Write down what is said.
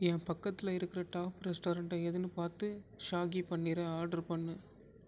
என் பக்கத்தில் இருக்கிற top restaurant எதுன்னு பார்த்து ஷாஹி பன்னீரை ஆர்ட்ரு பண்ணு